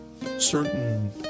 certain